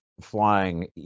flying